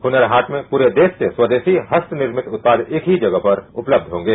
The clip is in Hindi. हुनर हाट में पूरे देश से स्वदेशी हस्तनिर्मित उत्पाद एक ही जगह पर उपलब्ध होंगे